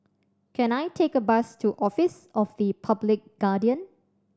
can I take a bus to Office of the Public Guardian